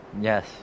Yes